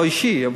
לא אישי,